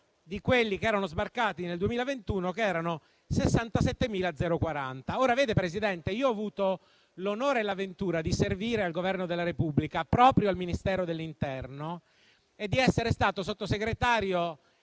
di quelli sbarcati nel 2021 (67.040). Signor Presidente, ho avuto l'onore e la ventura di servire al Governo della Repubblica proprio al Ministero dell'interno e di essere stato Sottosegretario